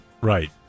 Right